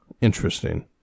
Interesting